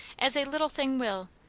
as a little thing will,